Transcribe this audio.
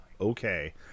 okay